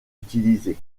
utilisées